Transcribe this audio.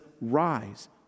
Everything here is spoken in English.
rise